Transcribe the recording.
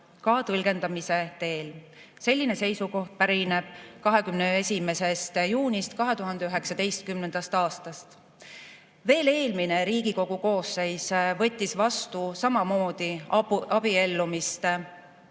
ka tõlgendamise teel. Selline seisukoht pärineb 21. juunist 2019. aastast. Eelmine Riigikogu koosseis võttis samamoodi vastu abiellumist